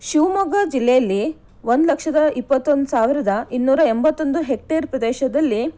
ಶಿವಮೊಗ್ಗ ಜಿಲ್ಲೆಯಲ್ಲಿ ಒಂದು ಲಕ್ಷದ ಇಪ್ಪತ್ತೊಂದು ಸಾವಿರದ ಇನ್ನೂರ ಎಂಬತ್ತೊಂದು ಹೆಕ್ಟೇರ್ ಪ್ರದೇಶದಲ್ಲಿ